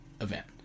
event